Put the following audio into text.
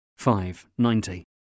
590